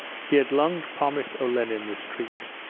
he had long promised olenin this treat,